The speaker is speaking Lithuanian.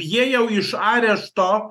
jie jau iš arešto